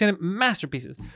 masterpieces